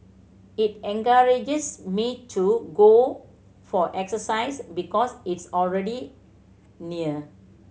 it encourages me to go for exercise because it's already near